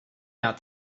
not